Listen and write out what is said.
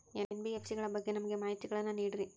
NBFC ಗಳ ಬಗ್ಗೆ ನಮಗೆ ಮಾಹಿತಿಗಳನ್ನ ನೀಡ್ರಿ?